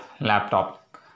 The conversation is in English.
laptop